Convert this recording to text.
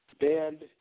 banned